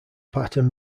pattern